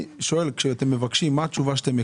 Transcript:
כשאתם מבקשים, מה התשובה שאתם מקבלים?